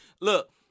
look